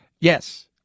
Yes